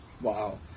Wow